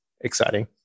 exciting